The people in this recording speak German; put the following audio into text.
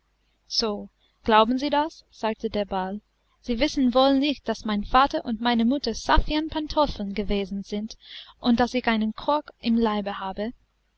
so glauben sie das sagte der ball sie wissen wohl nicht daß mein vater und meine mutter saffianpantoffeln gewesen sind und daß ich einen kork im leibe habe